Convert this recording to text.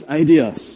ideas